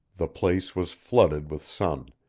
the place was flooded with sun.